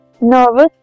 nervous